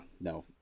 no